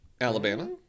Alabama